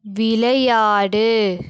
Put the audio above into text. விளையாடு